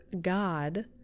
God